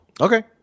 okay